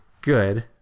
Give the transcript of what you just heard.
good